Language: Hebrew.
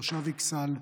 תושב אכסאל,